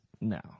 no